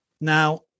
Now